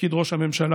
לתפקיד ראש הממשלה,